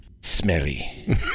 smelly